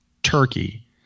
turkey